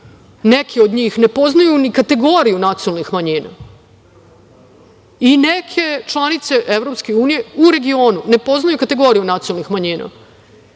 neke od njih, ne poznaju ni kategoriju nacionalnih manjina i neke članice EU u regionu ne poznaju kategoriju nacionalnih manjina.